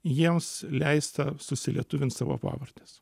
jiems leista susilietuvint savo pavardes